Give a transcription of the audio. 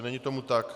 Není tomu tak.